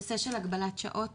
הנושא של הגבלת שעות